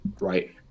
right